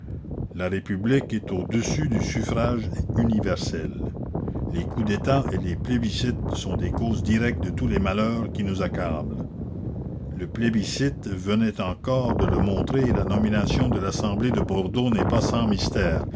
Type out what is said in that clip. la république est au-dessus du suffrage universel la commune les coups d'état et les plébiscites sont les causes directes de tous les malheurs qui nous accablent le plébiscite venait encore de le montrer et la nomination de l'assemblée de bordeaux n'est pas sans mystères